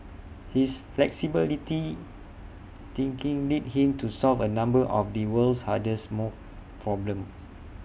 his flexibility thinking led him to solve A number of the world's hardest more problems